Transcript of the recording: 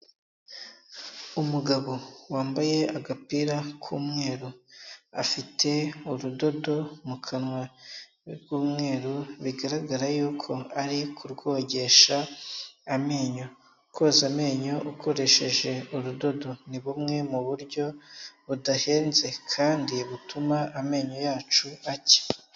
Umugabo wambaye agapira k'umweru, afite urudodo mu kanwa rw'umweru, bigaragara yuko ari kurwogesha amenyo, koza amenyo ukoresheje urudodo ni bumwe mu buryo budahenze kandi butuma amenyo yacu acya.